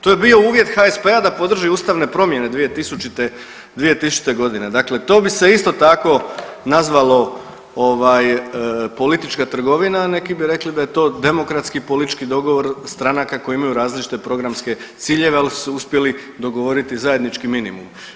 To je bio uvjet HSP-a da podrži ustavne promjene 2000. g., dakle to bi se isto tako nazvalo ovaj, politička trgovina, a neki bi rekli da je to demokratski politički dogovor stranaka koji imaju različite programske ciljeve, ali su se uspjeli dogovoriti zajednički minimum.